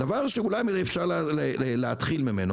הדבר שאולי אפשר להתחיל ממנו,